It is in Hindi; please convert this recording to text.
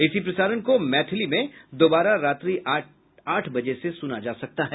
इसी प्रसारण को मैथिली में दोबारा रात्रि आठ बजे से सुना जा सकता है